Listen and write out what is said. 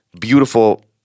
beautiful